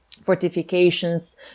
fortifications